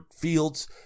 fields